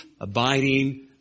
abiding